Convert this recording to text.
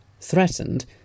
Threatened